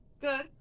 Good